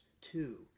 two